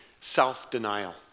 self-denial